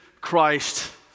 Christ